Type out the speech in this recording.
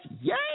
Yay